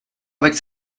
avec